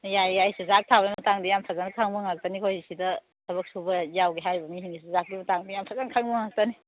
ꯌꯥꯏ ꯌꯥꯏ ꯆꯨꯖꯥꯛ ꯊꯥꯥꯕꯒꯤ ꯃꯇꯥꯡꯁꯤ ꯌꯥꯝ ꯐꯖꯅ ꯈꯪꯕ ꯉꯥꯛꯇꯅꯤ ꯑꯩꯈꯣꯏ ꯁꯤꯗ ꯊꯕꯛ ꯁꯨꯕ ꯌꯥꯎꯒꯦ ꯍꯥꯏꯔꯤꯕ ꯃꯤꯁꯤꯡꯁꯦ ꯆꯨꯖꯥꯛꯀꯤ ꯃꯇꯥꯡꯗ ꯌꯥꯝ ꯐꯖꯅ ꯈꯪꯕ ꯉꯥꯛꯇꯅꯤ